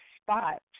spot